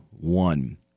one